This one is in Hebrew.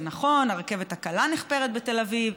זה נכון: הרכבת הקלה נחפרת בתל אביב,